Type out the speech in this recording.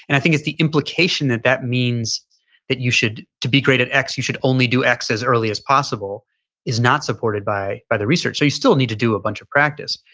and i think it's the implication that that means that you should, to be great at x you should only do x as early as possible is not supported by by the research. you still need to do a bunch of practice.